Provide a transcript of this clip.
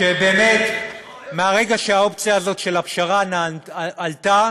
ובאמת, מהרגע שהאופציה הזאת של הפשרה עלתה,